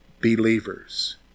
believers